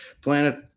planet